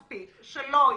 מספיק שלא ייקבע,